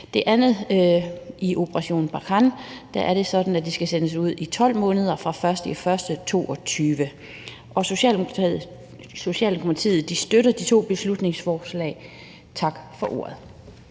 pirateri. I Operation Barkhane er det sådan, at de skal sendes ud i 12 måneder fra den 1. januar 2022. Socialdemokratiet støtter de to beslutningsforslag. Tak for ordet.